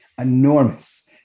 Enormous